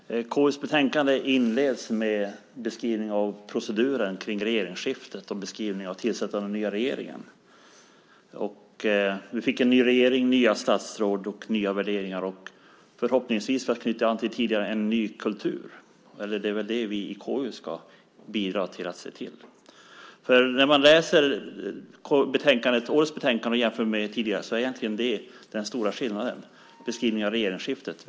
Herr talman! KU:s betänkande inleds med en beskrivning av proceduren kring regeringsskiftet och en beskrivning av tillsättandet av den nya regeringen. Vi fick en ny regering, nya statsråd och nya värderingar och förhoppningsvis, för att knyta an till tidigare, en ny kultur, vilket väl vi i KU ska bidra till att se till. När man läser årets betänkande och jämför med det tidigare är den stora skillnaden egentligen beskrivningen av regeringsskiftet.